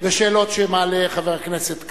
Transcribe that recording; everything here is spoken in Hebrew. ושאלות שמעלה חבר הכנסת כץ,